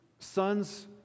Sons